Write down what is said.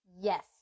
Yes